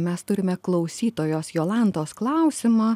mes turime klausytojos jolantos klausimą